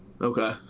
okay